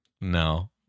No